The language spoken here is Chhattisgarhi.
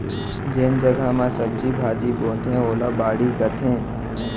जेन जघा म सब्जी भाजी बोथें ओला बाड़ी कथें